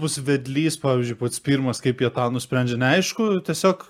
bus vedlys pavyzdžiui pats pirmas kaip jie tą nusprendžia neaišku tiesiog